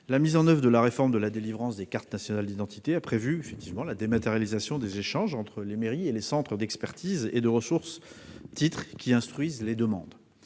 La mise en oeuvre de la réforme de la délivrance des cartes nationales d'identité a prévu la dématérialisation des échanges entre les mairies et les centres d'expertise et de ressources des titres qui instruisent les demandes.